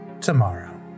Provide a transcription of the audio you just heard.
tomorrow